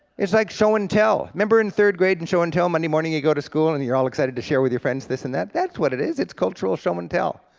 it's like show-and-tell. remember in third grade in show-and-tell, monday morning you go to school and you're all excited to share with your friends this and that? that's what it is, it's cultural show-and-tell.